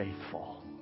faithful